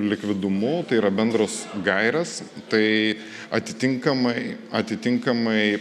likvidumu tai yra bendros gairės tai atitinkamai atitinkamai